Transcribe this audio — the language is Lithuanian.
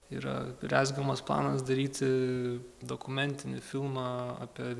yra rezgamas planas daryti dokumentinį filmą apie